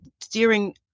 steering